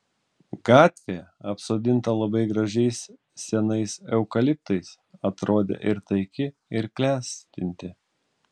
gatvė apsodinta labai gražiais senais eukaliptais atrodė ir taiki ir klestinti